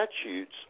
statutes